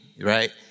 right